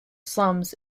slums